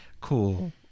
Cool